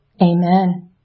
amen